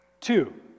Two